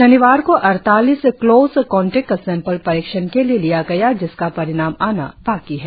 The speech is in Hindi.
शनिवार को अड़तालीस क्लोस कॉन्टेक का सेंपल परीक्षण के लिए लिया गया जिसका परिणाम आना बाकी है